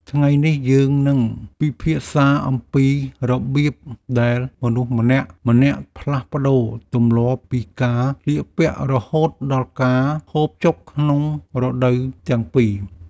ថ្ងៃនេះយើងនឹងពិភាក្សាអំពីរបៀបដែលមនុស្សម្នាក់ៗផ្លាស់ប្តូរទម្លាប់ពីការស្លៀកពាក់រហូតដល់ការហូបចុកក្នុងរដូវទាំងពីរ។